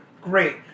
great